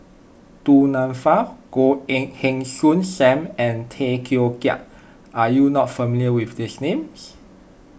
Du Nanfa Goh Heng Soon Sam and Tay Teow Kiat are you not familiar with these names